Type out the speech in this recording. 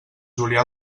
julià